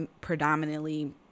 predominantly